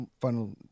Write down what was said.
final